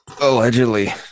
allegedly